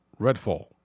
Redfall